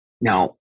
Now